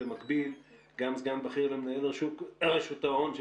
במקביל גם סגן בכיר למנהל רשות שוק ההון,